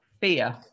fear